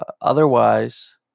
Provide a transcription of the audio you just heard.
Otherwise